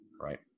Right